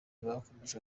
bakomeje